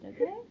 okay